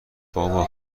بابا